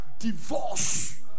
Divorce